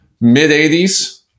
mid-80s